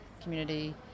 community